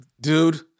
dude